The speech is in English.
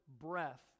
breath